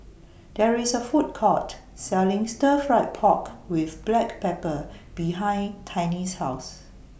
There IS A Food Court Selling Stir Fried Pork with Black Pepper behind Tiny's House